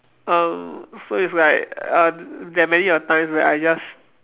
um so it's like uh there many of times where I just